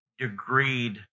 degreed